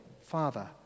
father